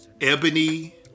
Ebony